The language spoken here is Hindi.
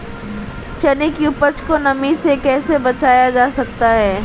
चने की उपज को नमी से कैसे बचाया जा सकता है?